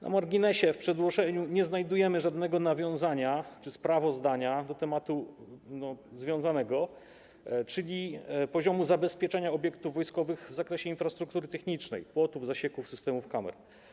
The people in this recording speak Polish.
Na marginesie, w przedłożeniu nie znajdujemy żadnego nawiązania czy sprawozdania odnośnie do związanego z tym tematu, czyli poziomu zabezpieczenia obiektów wojskowych w zakresie infrastruktury technicznej: płotów, zasieków i systemów kamer.